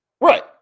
Right